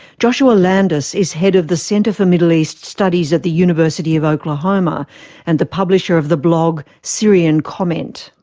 joshua landis is head of the center for middle east studies at the university of oklahoma and the publisher of the blog, syrian comment.